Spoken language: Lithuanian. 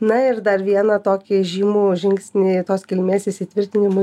na ir dar vieną tokį žymų žingsnį tos kilmės įsitvirtinimui